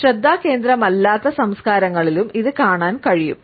ശ്രദ്ധാകേന്ദ്രമല്ലാത്ത സംസ്കാരങ്ങളിലും ഇത് കാണാൻ കഴിയും